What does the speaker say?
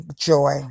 joy